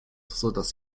sodass